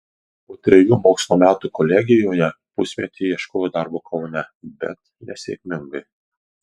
po trejų mokslo metų kolegijoje pusmetį ieškojo darbo kaune bet nesėkmingai